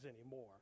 anymore